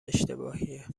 اشتباهیه